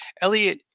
Elliot